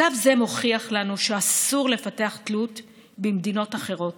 מצב זה מוכיח לנו שאסור לפתח תלות במדינות אחרות